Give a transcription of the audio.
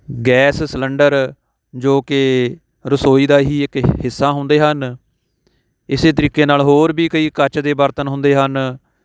gas cylinder ਜੋ ਕਿ ਰਸੋਈ ਦਾ ਹੀ ਇੱਕ ਹਿੱਸਾ ਹੁੰਦੇ ਹਨ ਇਸ ਤਰੀਕੇ ਨਾਲ ਹੋਰ ਵੀ ਕਈ ਕੱਚ ਦੇ ਬਰਤਨ ਹੁੰਦੇ ਹਨ